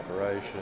operation